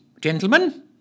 gentlemen